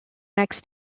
next